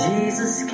Jesus